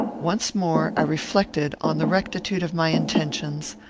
once more i reflected on the rectitude of my intentions,